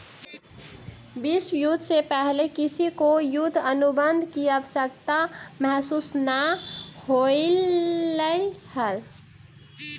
विश्व युद्ध से पहले किसी को युद्ध अनुबंध की आवश्यकता महसूस न होलई हल